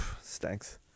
stinks